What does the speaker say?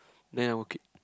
then I will quit